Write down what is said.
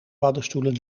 paddenstoelen